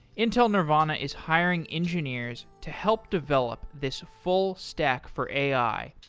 intel nervana is hiring engineers to help develop this full stack for ai,